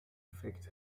effekt